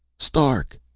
stark!